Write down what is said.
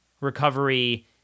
recovery